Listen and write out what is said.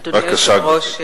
אדוני היושב-ראש,